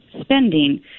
spending